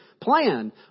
plan